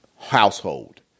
household